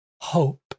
hope